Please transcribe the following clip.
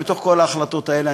ובתוך כל ההחלטות האלה,